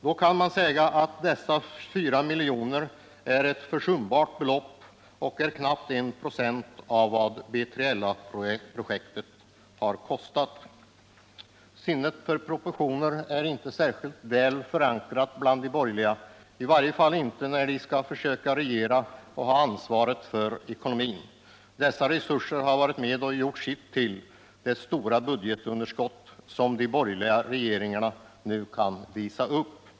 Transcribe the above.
Då kan man säga att dessa 4 milj.kr. är ett försumbart belopp — knappt 1 96 av vad B3LA-projektet har kostat. Sinnet för proportioner är inte särskilt väl utvecklat bland de borgerliga, i varje fall inte när de skall försöka regera och ha ansvar för ekonomin. Dessa resurser har bidragit till det stora budgetunderskott som de borgerliga regeringarna kan visa upp.